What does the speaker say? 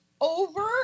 over